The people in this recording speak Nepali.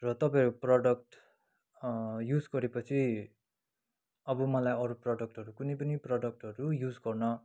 र तपाईँहरूको प्रोडक्ट युज गरेपछि अब मलाई अरू प्रोडक्टहरू कुनै पनि प्रोडक्टहरू युज गर्न